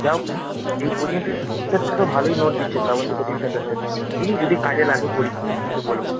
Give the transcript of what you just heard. যা হোক এই কোচিং সেন্টার থেকে তো ভালোই নোট দিচ্ছে শ্রাবন্তী কোচিং সেন্টার থেকে দেখি যদি কাজে লাগে পড়ি কী আর বলবো